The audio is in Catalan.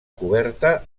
coberta